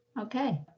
Okay